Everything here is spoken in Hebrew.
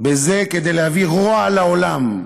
בזה כדי להביא רוע על העולם.